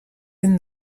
den